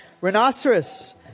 rhinoceros